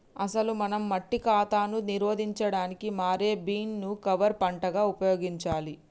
అసలు మనం మట్టి కాతాను నిరోధించడానికి మారే బీన్ ను కవర్ పంటగా ఉపయోగించాలి